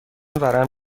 ورم